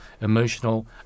emotional